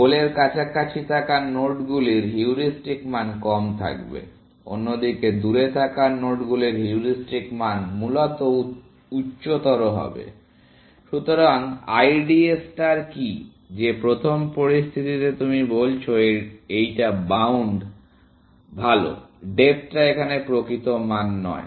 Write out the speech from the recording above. গোলের কাছাকাছি থাকা নোডগুলির হিউরিস্টিক মান কম থাকবে অন্যদিকে দূরে থাকা নোডগুলির হিউরিস্টিক মান মূলত উচ্চতর হবে । সুতরাং IDA ষ্টার কি যে প্রথম পরিস্থিতিতে তুমি বলছো এইটা বাউন্ড ভাল ডেপ্থটা এখানে প্রকৃত মান নয়